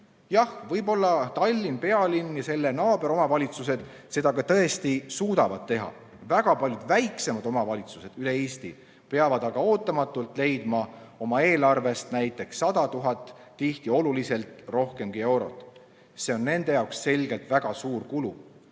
Jah, võib-olla Tallinn kui pealinn ja selle naaberomavalitsused seda ka tõesti suudavad teha. Väga paljud väiksemad omavalitsused üle Eesti peavad aga ootamatult leidma oma eelarvest näiteks 100 000 või tihti oluliselt rohkemgi eurot. See on nende jaoks selgelt väga suur kulu.